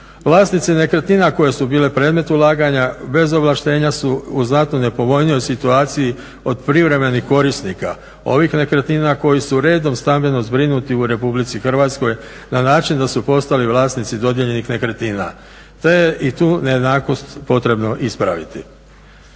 Vlasnici nekretnina koje su bile predmet ulaganja bez ovlaštenja su u znatno nepovoljnijoj situaciji od privremenih korisnika ovih nekretnina koji su redom stambeno zbrinuti u RH na način da su postali vlasnici dodijeljenih nekretnina te je i tu nejednakost potrebno ispraviti.